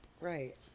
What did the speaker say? Right